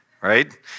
right